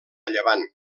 llevant